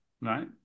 right